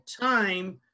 time